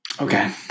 Okay